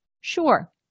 Sure